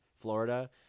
Florida